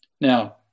now